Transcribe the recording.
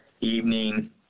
evening